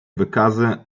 wykazy